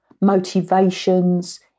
motivations